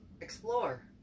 Explore